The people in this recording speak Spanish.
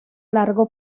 largo